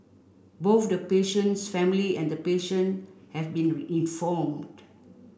both the patient's family and patient have been informed